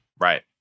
Right